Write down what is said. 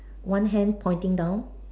one hand pointing down